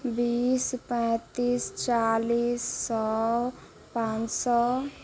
बीस पैँतिस चालिस सओ पाँच सओ